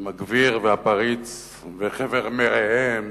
עם הגביר והפריץ וחבר מרעיהם,